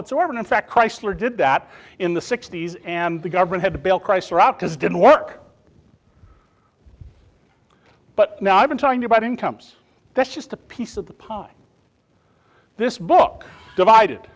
whatsoever and in fact chrysler did that in the sixty's and the government had to bail chrysler out because didn't work but now i've been talking about incomes that's just a piece of the pie this book divided